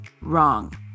Wrong